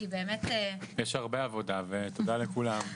יש הרבה עבודה, ותודה לכולם.